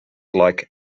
like